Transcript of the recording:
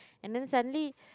and then suddenly